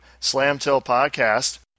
SlamTillPodcast